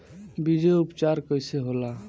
बीजो उपचार कईसे होला?